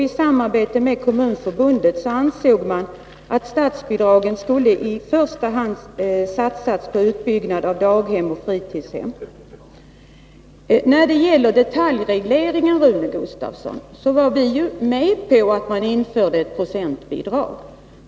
I samråd med Kommunförbundet kom man fram till att statsbidragen i första hand skulle satsas på utbyggnaden av daghem och fritidshem. När det gäller detaljregleringen, Rune Gustavsson, var ju vi med på att man införde ett procentbidrag.